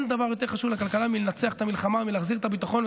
אין דבר יותר חשוב לכלכלה מלנצח במלחמה ולהחזיר את הביטחון,